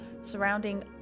surrounding